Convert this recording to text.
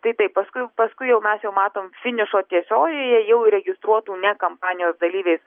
tai taip paskui paskui jau mes jau matom finišo tiesioje jau įregistruotų ne kampanijos dalyviais